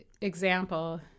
example